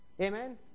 Amen